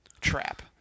trap